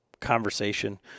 conversation